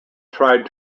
tried